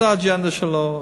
זאת האג'נדה שלו,